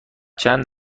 چند